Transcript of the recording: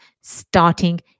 starting